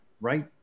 right